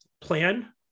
plan